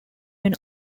when